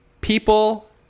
people